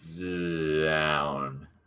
Down